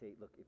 look